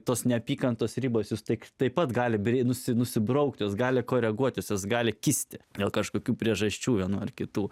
tos neapykantos ribos jus tik taip pat gali bri nus nusibraukti jos gali koreguotis jos gali kisti dėl kažkokių priežasčių vienų ar kitų